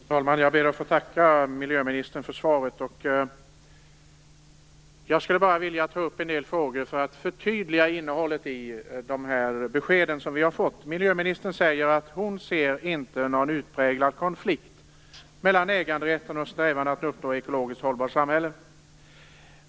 Fru talman! Jag ber att få tacka miljöministern för svaret. Jag skulle bara vilja ta upp en del frågor för att förtydliga innehållet i de besked jag har fått. Miljöministern säger att hon inte ser någon utpräglad konflikt mellan äganderätten och strävan att uppnå ett ekologiskt hållbart samhälle.